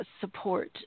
support